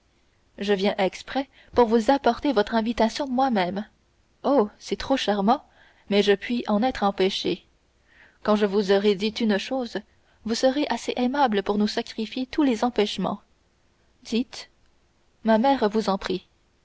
je viens exprès pour vous apporter votre invitation moi-même oh c'est trop charmant mais je puis en être empêché quand je vous aurai dit une chose vous serez assez aimable pour nous sacrifier tous les empêchements dites ma mère vous en prie